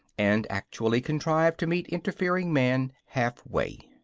and actually contrive to meet interfering man half-way.